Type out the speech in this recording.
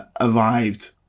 arrived